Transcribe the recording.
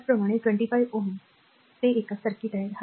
त्याचप्रमाणे r 25Ω ते हा सर्किट आहे